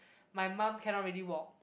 my mum cannot really walk